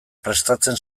prestatzen